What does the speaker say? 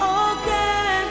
again